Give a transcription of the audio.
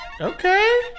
Okay